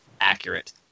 accurate